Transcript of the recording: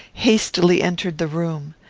hastily entered the room.